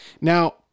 Now